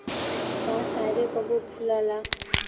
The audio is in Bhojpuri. बांस शायदे कबो फुलाला